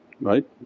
right